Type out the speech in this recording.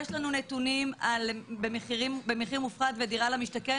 יש לנו נתונים במחיר מופחת ודירה למשתכן